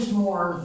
more